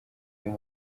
uyu